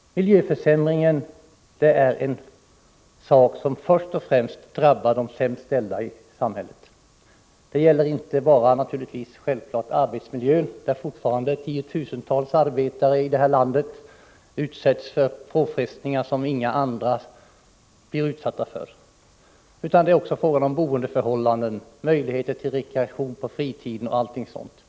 Miljöförsämringen drabbar först och främst de sämst ställda i samhället. Självfallet gäller detta inte bara arbetsmiljön, där fortfarande tiotusentals arbetare i det här landet utsätts för påfrestningar som inga andra blir utsatta för, utan också boendeförhållanden, möjligheter till rekreation på fritiden och allt sådant.